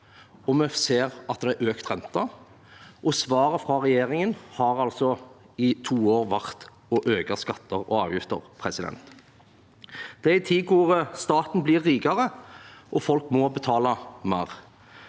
vi ser at det er økt rente. Svaret fra regjeringen har altså i to år vært å øke skatter og avgifter. Det er i en tid hvor staten blir rikere, og folk må betale mer.